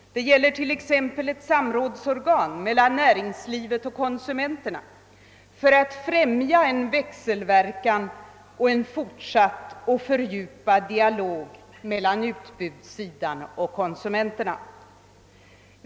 Det gäller t.ex. ett organ för samråd mellan näringslivet och konsumenterna, avsett att främja en växelverkan och en fortsatt och fördjupad dialog mellan utbudssidan och konsumenterna.